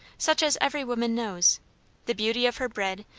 such as every woman knows the beauty of her bread,